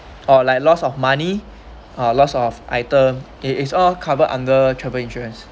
or like lost of money uh lost of item it it's all covered under travel insurance